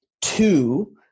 two